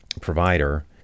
provider